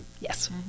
Yes